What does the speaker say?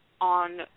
on